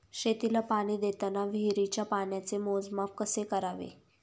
शेतीला पाणी देताना विहिरीच्या पाण्याचे मोजमाप कसे करावे?